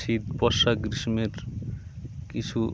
শীত বর্ষা গ্রীষ্মের কিছু